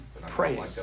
praying